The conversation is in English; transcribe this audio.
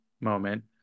moment